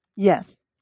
Yes